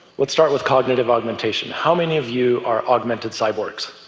let's start with cognitive augmentation. how many of you are augmented cyborgs?